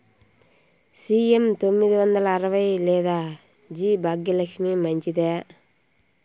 CM తొమ్మిది వందల అరవై లేదా జి భాగ్యలక్ష్మి మంచిదా?